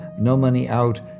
no-money-out